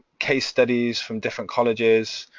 case studies from different colleges,